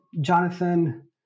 Jonathan